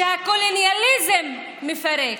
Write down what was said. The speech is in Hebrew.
שהקולוניאליזם מפרק.